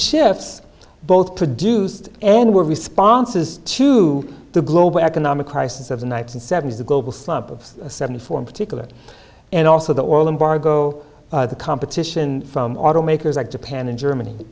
shifts both produced and were responses to the global economic crisis of the nineteen seventies the global slump of seventy four in particular and also the oil embargo the competition from automakers like japan in germany